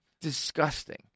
Disgusting